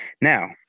now